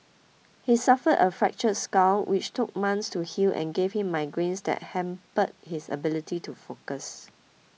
he suffered a fractured skull which took months to heal and gave him migraines that hampered his ability to focus